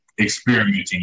experimenting